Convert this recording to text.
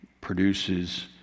produces